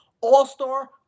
all-star